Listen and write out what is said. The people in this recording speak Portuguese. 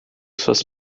suas